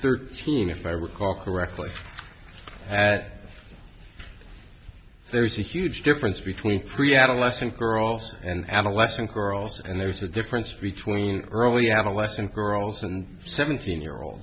thirteen if i recall correctly that there's a huge difference between pre adolescent girls and adolescent girls and there's a difference between early adolescent girls and seventeen year old